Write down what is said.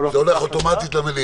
לשנות אותן או לבטל אותן.